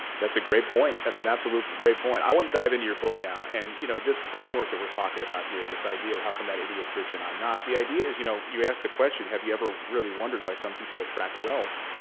that's a great point. that's an absolute but great point. i want to dive in to your book now. and you know, this framework that we're talking about here, this idea of how come that idiot's rich and i'm not, the idea is you know you ask the question, have you ever really wondered why some people attract wealth?